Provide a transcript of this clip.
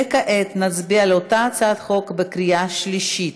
וכעת נצביע על אותה הצעת החוק בקריאה שלישית.